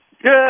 Good